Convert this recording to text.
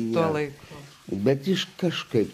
nuo laiko bet kažkaip